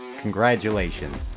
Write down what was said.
Congratulations